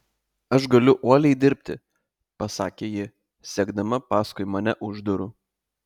aš galiu uoliai dirbti pasakė ji sekdama paskui mane už durų